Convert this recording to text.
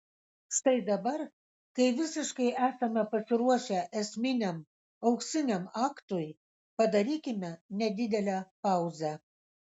štai dabar kai visiškai esame pasiruošę esminiam auksiniam aktui padarykime nedidelę pauzę